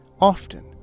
often